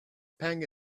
pang